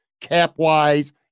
cap-wise